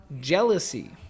jealousy